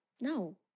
No